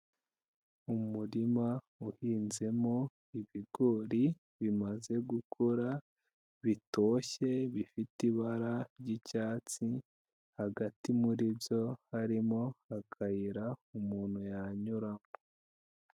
Umurima uhinzemo ibigori bimaze gukura, bitoshye bifite ibara ry'icyatsi, hagati muri byo harimo akayira umuntu yanyuramo.